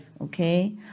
Okay